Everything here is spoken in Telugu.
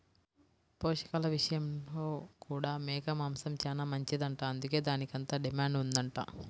పోషకాల విషయంలో కూడా మేక మాంసం చానా మంచిదంట, అందుకే దానికంత డిమాండ్ ఉందంట